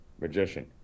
Magician